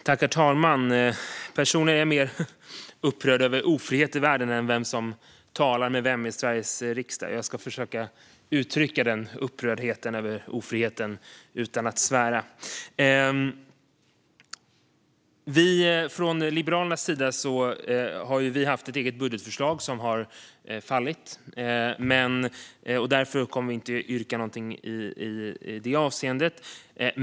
Herr talman! Personligen är jag mer upprörd över ofrihet i världen än över vem som talar med vem i Sveriges riksdag. Jag ska försöka att uttrycka denna upprördhet över ofriheten utan att svära. Från Liberalernas sida har vi haft ett eget budgetförslag, som har fallit. Därför kommer vi inte att yrka bifall till något i det avseendet.